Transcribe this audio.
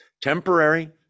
Temporary